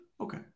Okay